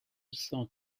cent